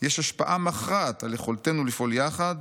יש השפעה מכרעת על יכולתנו לפעול יחד